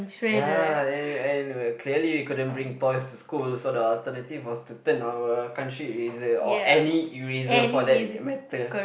ya and and clearly you couldn't bring toys to school so the alternative was to turn our country eraser or any eraser for that matter